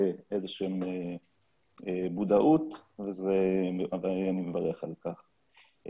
איזה שהיא מודעות ואני מברך על כך.